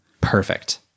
Perfect